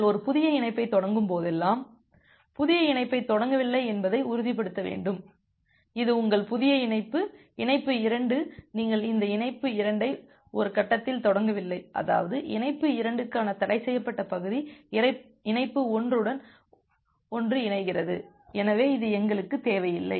நீங்கள் ஒரு புதிய இணைப்பைத் தொடங்கும்போதெல்லாம் புதிய இணைப்பைத் தொடங்கவில்லை என்பதை உறுதிப்படுத்த வேண்டும் இது உங்கள் புதிய இணைப்பு இணைப்பு 2 நீங்கள் இந்த இணைப்பை 2 ஐ ஒரு கட்டத்தில் தொடங்கவில்லை அதாவது இணைப்பு 2 க்கான தடைசெய்யப்பட்ட பகுதி இணைப்பு 1 உடன் ஒன்றுடன் ஒன்று இணைகிறது எனவே இது எங்களுக்கு தேவையில்லை